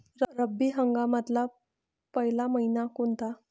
रब्बी हंगामातला पयला मइना कोनता?